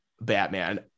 batman